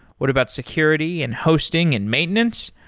what about security and hosting and maintenance?